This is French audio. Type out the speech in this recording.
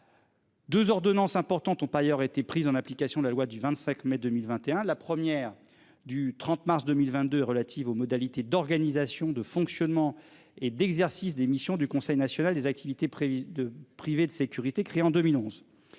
2 ordonnances importantes ont par ailleurs été prise en application de la loi du 25 mai 2021 la première du 30 mars 2022 relatives aux modalités d'organisation de fonctionnement et d'exercice des missions du Conseil national des activités privées de priver de sécurité créée en 2011